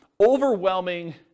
overwhelming